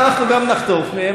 אנחנו גם נחטוף מהם,